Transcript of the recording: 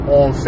on